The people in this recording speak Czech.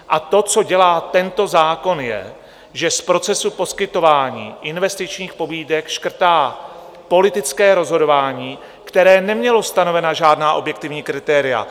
A to, co dělá tento zákon, je, že z procesu poskytování investičních pobídek škrtá politické rozhodování, které nemělo stanovena žádná objektivní kritéria.